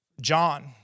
John